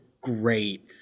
great